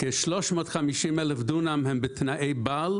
כ-350 אלף דונם הם בתנאי בעל,